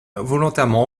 volontairement